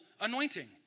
anointing